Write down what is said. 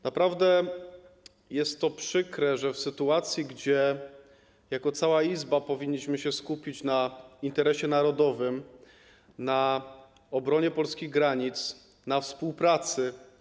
Naprawdę jest to przykre, że w sytuacji, gdzie, jako cała Izba powinniśmy się skupić na interesie narodowym, na obronie polskich granic, na współpracy.